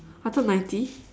I thought ninety